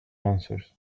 answers